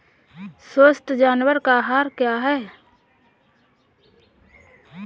स्वस्थ जानवर का आहार क्या है?